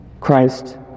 Christ